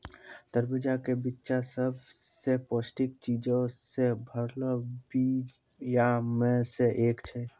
तरबूजा के बिच्चा सभ से पौष्टिक चीजो से भरलो बीया मे से एक छै